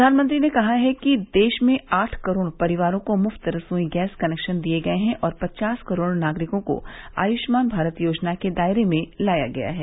प्रधानमंत्री ने कहा कि देश में आठ करोड़ परिवारों को मुफ्त रसोई गैस कनेक्शन दिए गए हैं और पचास करोड़ नागरिकों को आयुष्मान भारत योजना के दायरे में लाया गया है